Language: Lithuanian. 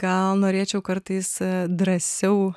gal norėčiau kartais drąsiau